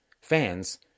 Fans